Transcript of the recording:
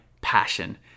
passion